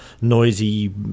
noisy